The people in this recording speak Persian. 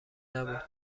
نبود